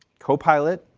copilot,